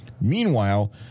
Meanwhile